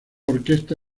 orquesta